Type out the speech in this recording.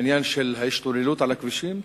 העניין של ההשתוללות על הכבישים?